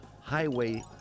Highway